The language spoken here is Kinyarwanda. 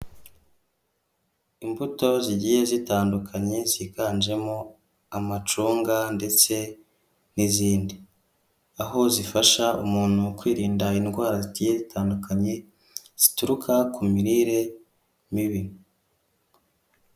Imbuto zigiye zitandukanye ziganjemo amacunga ndetse n'izindi, aho zifasha umuntu kwirinda indwara zigiye zitandukanye zituruka ku mirire mibi.